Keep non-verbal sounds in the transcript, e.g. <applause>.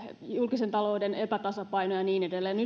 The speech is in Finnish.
julkisen talouden epätasapaino ja niin edelleen <unintelligible>